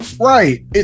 Right